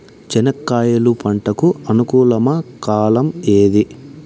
చెనక్కాయలు పంట కు అనుకూలమా కాలం ఏది?